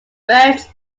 birds